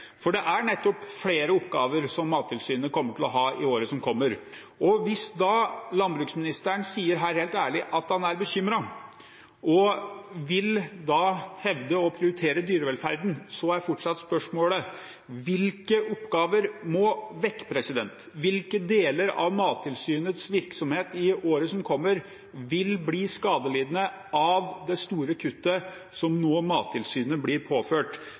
for det er nettopp flere oppgaver Mattilsynet kommer til å ha i årene som kommer. Og hvis landbruksministeren helt ærlig sier at han er bekymret, og hevder å prioritere dyrevelferden, er fortsatt spørsmålet: Hvilke oppgaver må vekk? Hvilke deler av Mattilsynets virksomhet i året som kommer, vil bli skadelidende av det store kuttet som Mattilsynet nå blir påført?